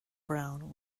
brown